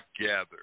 gather